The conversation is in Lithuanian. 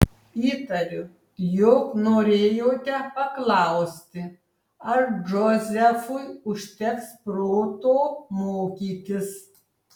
įtariu jog norėjote paklausti ar džozefui užteks proto mokytis